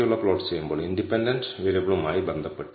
കൂടാതെ നമ്മൾ ഒരു ഇന്റർസെപ്റ്റ് പദവും ഫിറ്റ് ചെയ്തിട്ടുണ്ട്